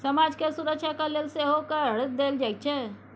समाज केर सुरक्षाक लेल सेहो कर देल जाइत छै